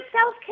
self